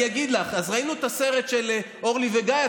אני אגיד לך: ראינו את הסרט של אורלי וגיא,